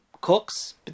cooks